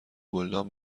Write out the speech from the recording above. گلدان